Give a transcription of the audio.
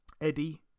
Eddie